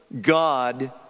God